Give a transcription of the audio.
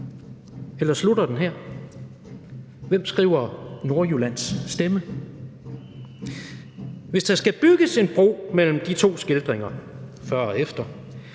eller slutter den her? Hvem skriver Nordjyllands stemme? Hvis der skal bygges en bro mellem de to skildringer, før og efter,